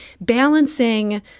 balancing